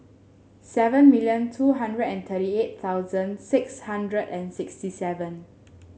seven million two hundred and thirty eight thousand six hundred and sixty seven